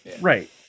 right